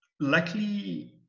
luckily